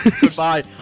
Goodbye